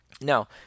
Now